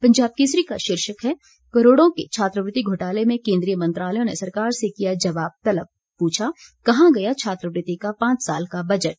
पंजाब केसरी का शीर्षक है करोड़ो के छात्रवृति घोटाले में केंद्रीय मंत्रालयों ने सरकार से किया जवाब तलब प्रछा कहां गया छात्रवृति का पांच साल का बजट